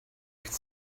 could